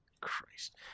Christ